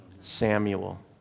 Samuel